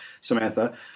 Samantha